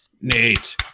Nate